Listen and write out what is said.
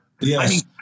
Yes